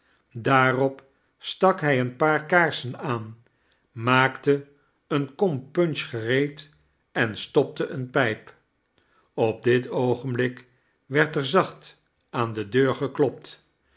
daarop stak hij een paar kaarsen aan maakte eene kom punch gereed en stopte eene pijp op dit oogenblik werd er zacht aan de deur geklopt